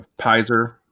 Pizer